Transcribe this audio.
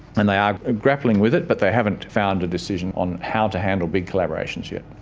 and they are grappling with it but they haven't found a decision on how to handle big collaborations yet.